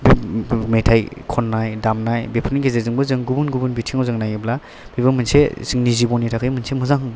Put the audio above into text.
बे मेथाइ खननाय दामनाय बेफोरनि गेजेरजोंबो जों गुबुन गुबुन बिथिङाव जों नायोब्ला बेबो मोनसे जोंनि जिबननि थाखाय मोनसे मोजां